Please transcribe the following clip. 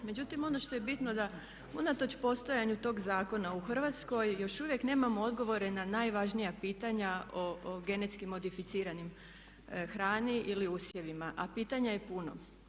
Međutim, ono što je bitno da unatoč postojanju tog zakona u Hrvatskoj još uvijek nemamo odgovore na najvažnija pitanja o genetski modificiranoj hrani ili usjevima, a pitanja je puno.